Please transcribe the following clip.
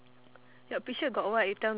your picture got what you tell me lah